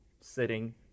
sitting